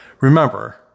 Remember